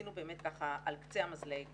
ניסינו באמת על קצה המזלג